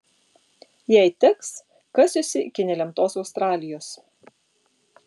jei teks kasiuosi iki nelemtos australijos